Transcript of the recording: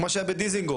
כמו שהיה בדיזינגוף,